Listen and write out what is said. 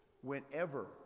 Whenever